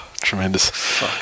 Tremendous